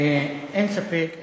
אין ספק,